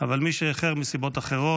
אבל מי שאיחר מסיבות אחרות,